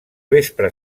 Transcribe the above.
vespre